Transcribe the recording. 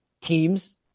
teams